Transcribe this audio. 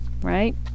right